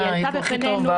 אה, הוא הכי טוב בארץ.